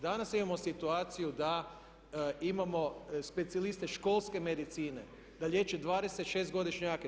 Danas imamo situaciju da imamo specijaliste školske medicine, da liječe 26-godišnjake.